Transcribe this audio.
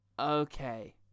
Okay